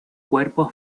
cuerpo